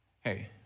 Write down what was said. Hey